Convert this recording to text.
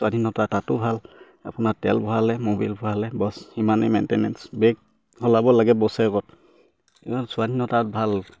স্বাধীনতা তাতো ভাল আপোনাৰ তেল ভৰালে ম'বিল ভঁৰালে বছ সিমানেই মেইনটেনেন্স ব্ৰেক সলাব লাগে বছৰেকত স্বাধীনতাত ভাল